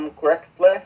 correctly